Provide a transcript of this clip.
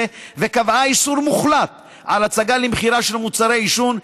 וקבעה איסור מוחלט של הצגה למכירה של מוצרי עישון,